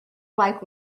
like